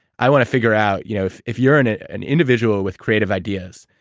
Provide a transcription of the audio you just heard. i want to figure out, you know if if you're an ah an individual with creative ideas,